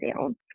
down